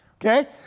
Okay